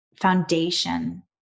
foundation